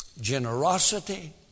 generosity